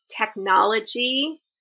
technology